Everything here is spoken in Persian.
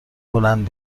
بلند